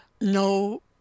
No